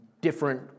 different